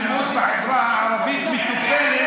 האלימות בחברה הערבית מטופלת.